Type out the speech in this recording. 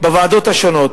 בוועדות השונות,